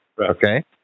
Okay